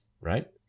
right